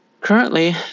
Currently